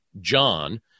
john